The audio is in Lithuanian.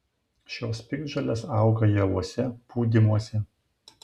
šios piktžolės auga javuose pūdymuose